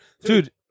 Dude